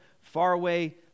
faraway